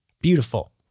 Beautiful